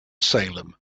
salem